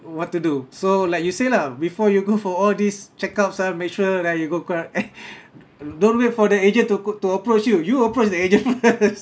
what to do so like you say lah before you go for all these check up ah make sure right you got car~ eh don't wait for the agent to co~ to approach you you approach the agent first